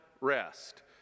rest